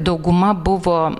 dauguma buvo